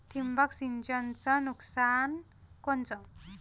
ठिबक सिंचनचं नुकसान कोनचं?